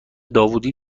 داوودی